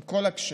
עם כל הקשיים,